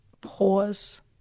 Pause